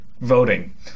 voting